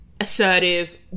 assertive